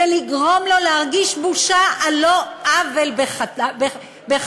זה לגרום לו להרגיש בושה על לא עוול בכפו.